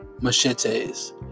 Machetes